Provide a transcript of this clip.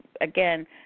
again